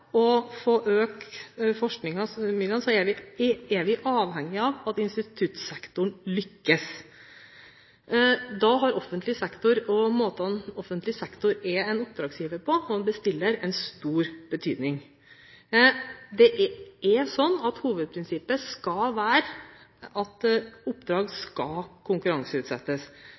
å få økt forskningsmidlene, er vi avhengig av at instituttsektoren lykkes. Da har offentlig sektor og måten offentlig sektor er en oppdragsgiver på, og en bestiller, en stor betydning. Hovedprinsippet skal være at oppdrag skal konkurranseutsettes.